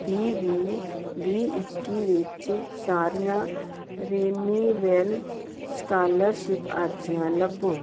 ਵੀਹ ਵੀਹ ਵੀਹ ਇੱਕੀ ਵਿੱਚ ਸਾਰੀਆਂ ਰਿਨਿਵੇਲ ਸਕਾਲਰਸ਼ਿਪ ਅਰਜ਼ੀਆਂ ਲੱਭੋ